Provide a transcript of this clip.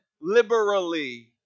liberally